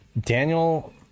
Daniel